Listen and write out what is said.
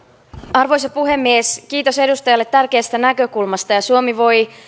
arvoisa puhemies kiitos edustajalle tärkeästä näkökulmasta suomi voi